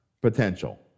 potential